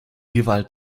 gewalt